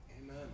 Amen